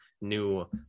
new